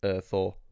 Thor